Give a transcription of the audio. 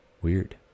weird